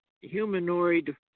humanoid